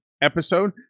episode